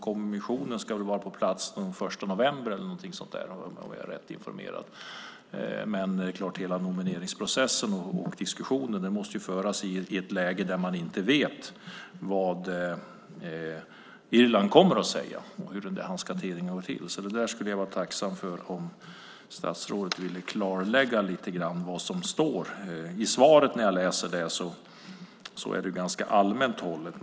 Kommissionen ska vara på plats den 1 november eller någonting sådant, om jag är rätt informerad. Men det är klart att hela nomineringsprocessen och diskussionen måste föras i ett läge där man inte vet vad Irland kommer att säga och hur hanteringen ska gå till. Det skulle jag vara tacksam för om statsrådet ville klarlägga lite grann. När jag läser svaret noterar jag att det är ganska allmänt hållet.